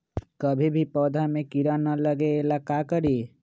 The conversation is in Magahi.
कभी भी पौधा में कीरा न लगे ये ला का करी?